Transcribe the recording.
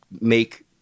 make